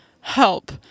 help